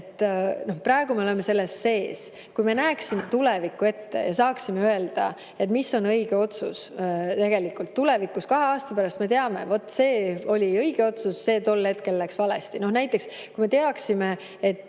et praegu me oleme selle sees. Kui me näeksime tulevikku ette ja saaksime öelda, mis on õige otsus. Tegelikult tulevikus, kahe aasta pärast, me teame: vaat see oli õige otsus, see tol hetkel läks valesti. Näiteks kui me teaksime, et